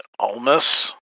Almas